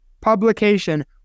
publication